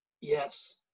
Yes